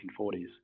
1940s